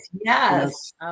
Yes